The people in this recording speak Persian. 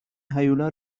هیولا